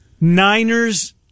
Niners